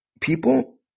People